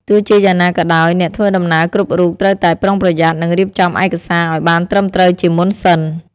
ទោះជាយ៉ាងណាក៏ដោយ អ្នកធ្វើដំណើរគ្រប់រូបត្រូវតែប្រុងប្រយ័ត្ននិងរៀបចំឯកសារឱ្យបានត្រឹមត្រូវជាមុនសិន។